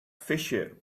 fissure